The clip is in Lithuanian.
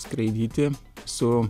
skraidyti su